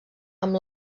amb